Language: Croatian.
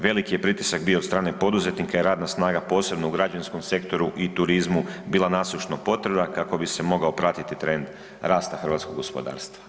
Veliki je pritisak bio od strane poduzetnika i radna snaga posebno u građevinskom sektoru i turizmu bila nasušno potrebna kako bi se mogao pratiti trend rasta hrvatskog gospodarstva.